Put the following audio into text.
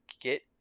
get